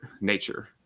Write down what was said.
nature